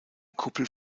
kuppel